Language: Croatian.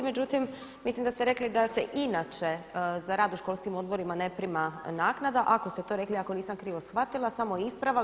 Međutim, mislim da ste rekli da se inače za rad u školskim odborima ne prima naknada, ako ste to rekli ako nisam krivo shvatila, samo ispravak.